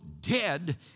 dead